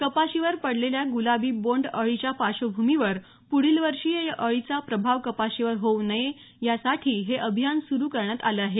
कपाशीवर पडलेल्या गुलाबी बोन्ड अळीच्या पार्श्वभूमीवर पुढील वर्षी या अळीचा प्रभाव कपाशीवर होऊ नये यासाठी हे अभियान सुरु करण्यात आलं आहे